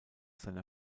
seiner